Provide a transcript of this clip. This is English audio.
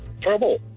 trouble